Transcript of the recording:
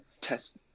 test